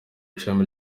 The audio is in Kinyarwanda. ishami